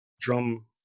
drum